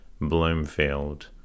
Bloomfield